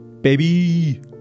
Baby